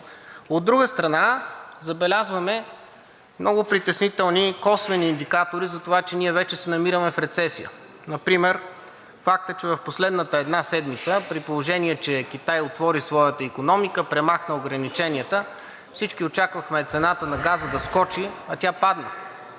От друга страна, забелязваме много притеснителни косвени индикатори за това, че ние вече се намираме в рецесия. Например фактът, че в последната една седмица, при положение че Китай отвори своята икономика, премахна ограниченията, всички очаквахме цената на газа да скочи, а тя падна.